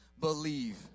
believe